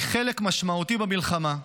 היא חלק משמעותי במלחמה,